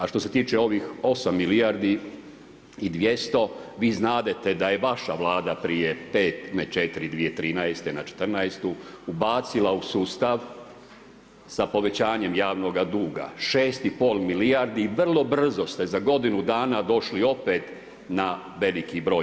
A što se tiče ovih osam milijardi i 200 vi znadete da je vaša Vlada prije pet, ne četiri 2013. na četrnaestu ubacila u sustav sa povećanjem javnoga duga 6 i pol milijardi i vrlo brzo ste za godinu dana došli opet na veliki broj.